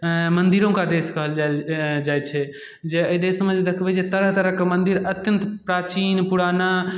मन्दिरों का देश कहल जाइल जाइ छै जे एहि देशमे जे देखबै जे तरह तरहके मन्दिर अत्यन्त प्राचीन पुराना